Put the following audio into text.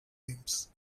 names